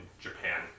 japan